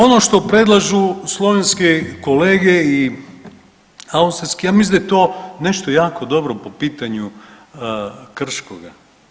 Ono što predlažu slovenski kolege i austrijski ja mislim da je to nešto jako dobro po pitanju Krškoga.